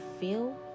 feel